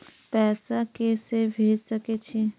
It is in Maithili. पैसा के से भेज सके छी?